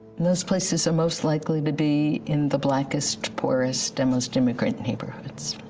those places are most likely to be in the blackest, poorest and most immigrant neighborhoods.